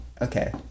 okay